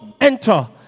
enter